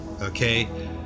Okay